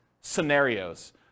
scenarios